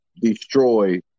destroy